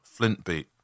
Flintbeat